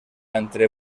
entre